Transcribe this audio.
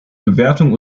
bewertung